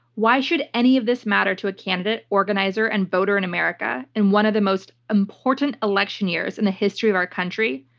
why should any of this matter to a candidate, organizer, and voter in america in one of the most important election years in the history of our country?